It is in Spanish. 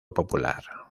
popular